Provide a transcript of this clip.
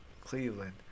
Cleveland